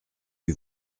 que